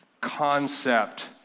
concept